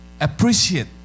appreciate